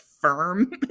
firm